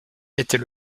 était